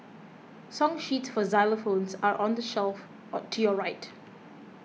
song sheets for xylophones are on the shelf to your right